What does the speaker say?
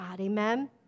Amen